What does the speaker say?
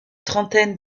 trentaine